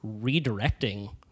redirecting